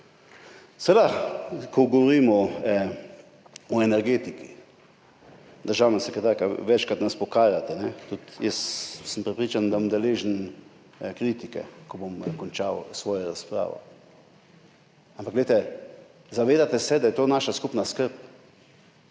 imamo. Ko govorimo o energetiki, državna sekretarka, večkrat nas pokarate, jaz sem prepričan, da bom deležen kritike, ko bom končal svojo razpravo, ampak zavedajte se, da je to naša skupna skrb.